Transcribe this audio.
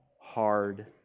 hard